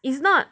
it's not